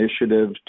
initiative